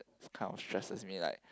this kind of stresses me like